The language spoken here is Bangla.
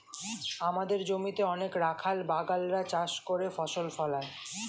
আমাদের জমিতে অনেক রাখাল বাগাল রা চাষ করে ফসল ফলায়